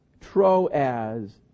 troas